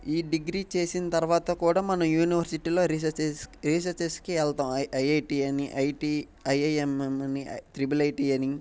ఈ డిగ్రీ చేసిన తర్వాత కూడా మనం యూనివర్సిటీలో రిసెర్చ్ రీసెచెస్కి వెళ్తాం ఐఐటీ అని ఐటీ ఐఐఎంఎం అని ట్రిపుల్ ఐటి అని